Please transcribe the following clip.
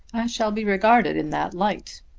shall be regarded in that light.